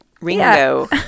Ringo